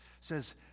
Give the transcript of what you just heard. says